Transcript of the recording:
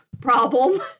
problem